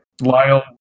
Lyle